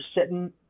sitting –